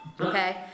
Okay